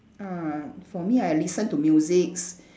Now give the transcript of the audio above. ah for me I listen to music